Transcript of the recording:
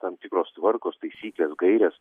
tam tikros tvarkos taisyklės gairės